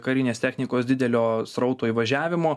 karinės technikos didelio srauto įvažiavimo